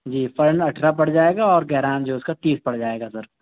جی front اٹھارہ پڑ جائے گا اور گہرا جو ہے اُس کا تیس پڑ جائے گا سر